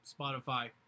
spotify